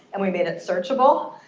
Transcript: and we made it searchable.